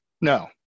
no